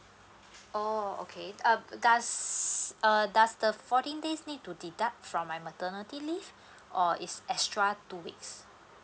oh okay uh does uh does the fourteen days need to deduct from my maternity leave or it's extra two weeks